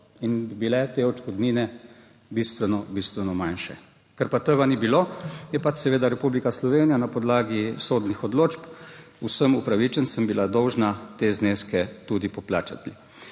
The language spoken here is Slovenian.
bi bile te odškodnine bistveno, bistveno manjše. Ker pa tega ni bilo, je bila seveda Republika Slovenija na podlagi sodnih odločb vsem upravičencem dolžna te zneske tudi poplačati.